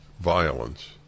violence